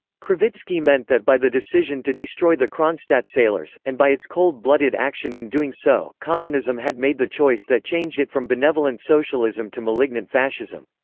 krivitsky meant that by the decision to destroy the kronstadt sailors and by its cold-blooded action in doing so, communism had made the choice that changed it from benevolent socialism to malignant fascism.